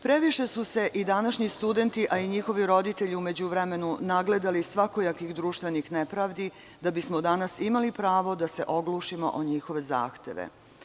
Previše su se današnji studenti, a i njihovi roditelji u međuvremenu nagledali svakojakih društvenih nepravdi da bismo danas imali pravo da se oglušimo o njihove zahteve.